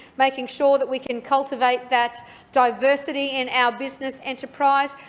making sure that we can cultivate that diversity in our business enterprise,